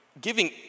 giving